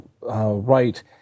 right